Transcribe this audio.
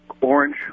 Orange